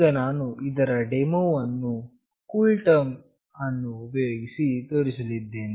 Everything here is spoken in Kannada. ಈಗ ನಾನು ಇದರ ಡೆಮೋವನ್ನು ಕೂಲ್ ಟರ್ಮ್ ಅನ್ನು ಉಪಯೋಗಿಸಿ ತೋರಿಸಲಿದ್ದೇನೆ